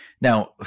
Now